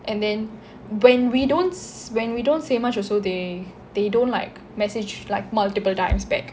and then when we don't s~ when we don't say much also they they don't like message like multiple times back